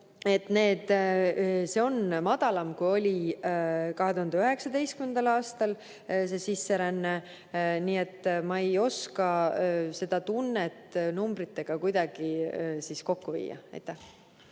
See on madalam, kui oli 2019. aasta sisseränne. Nii et ma ei oska seda tunnet numbritega kuidagi kokku viia.